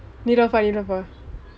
neelofa neelofa